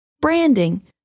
branding